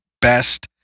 best